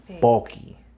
bulky